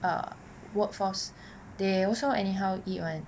uh workforce they also anyhow eat [one]